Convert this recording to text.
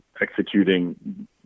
executing